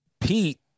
Pete